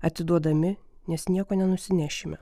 atiduodami nes nieko nenusinešime